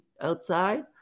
outside